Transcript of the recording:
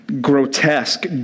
grotesque